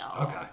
Okay